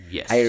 Yes